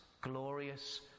glorious